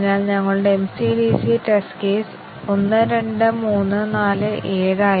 അതിനാൽ അത് പരിഷ്ക്കരിച്ച കണ്ടിഷൻ ഡിസിഷൻ കവറേജ് ആണ്